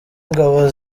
ingabo